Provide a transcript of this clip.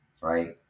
right